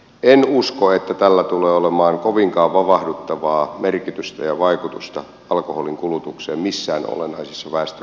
en usko että tällä tulee olemaan kovinkaan vavahduttavaa merkitystä ja vaikutusta alkoholin kulutukseen missään väestöryhmissä olennaisella tavalla